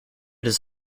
his